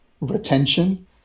retention